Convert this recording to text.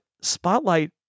spotlight